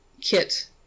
Kit